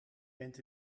bent